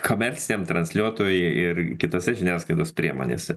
komerciniam transliuotojuje ir kitose žiniasklaidos priemonėse